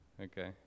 Okay